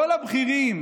כל הבכירים